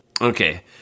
Okay